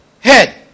head